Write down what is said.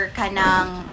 kanang